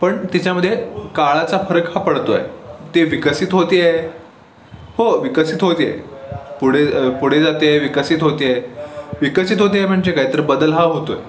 पण तिच्यामध्ये काळाचा फरक हा पडतो आहे ते विकसित होते आहे हो विकसित होते आहे पुढे पुढे जाते आहे विकसित होते आहे विकसित होते म्हणजे काय तर बदल हा होतो आहे